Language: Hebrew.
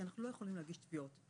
כי אנחנו לא יכולים להגיש תביעות,